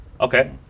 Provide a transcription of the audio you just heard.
Okay